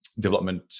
development